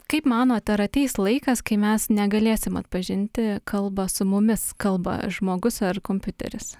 kaip manot ar ateis laikas kai mes negalėsim atpažinti kalba su mumis kalba žmogus ar kompiuteris